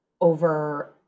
over